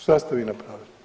Šta ste vi napravili?